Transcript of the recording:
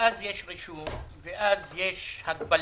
ואז יש רישום, ואז יש הגבלה,